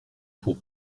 pour